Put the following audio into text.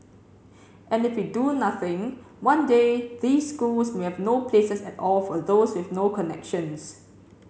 and if we do nothing one day these schools may have no places at all for those with no connections